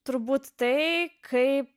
turbūt tai kaip